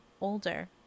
older